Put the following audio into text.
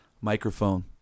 microphone